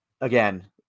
again